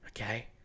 okay